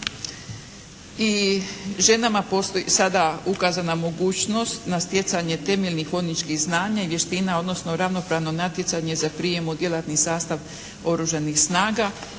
i ženama sada ukazana mogućnost na stjecanje temeljnih vojničkih znanja i vještina, odnosno ravnopravno natjecanje za prijem u djelatni sastav Oružanih snaga.